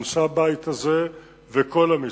אנשי הבית הזה וכל עם ישראל,